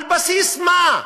על בסיס מה?